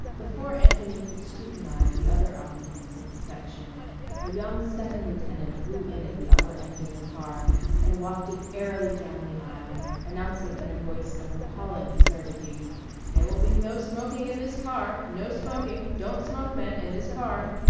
before anthony could scrutinize the other occupants of the section a young second lieutenant blew in at the upper end of the car and wafted airily down the aisle, announcing in a voice of appalling acerbity there will be no smoking in this car! no smoking! don't smoke, men, in this car!